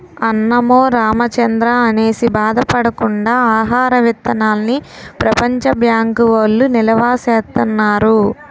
అన్నమో రామచంద్రా అనేసి బాధ పడకుండా ఆహార విత్తనాల్ని ప్రపంచ బ్యాంకు వౌళ్ళు నిలవా సేత్తన్నారు